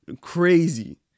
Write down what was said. crazy